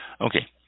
Okay